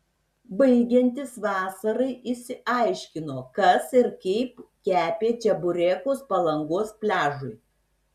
baigiantis vasarai išsiaiškino kas ir kaip kepė čeburekus palangos pliažui